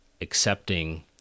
accepting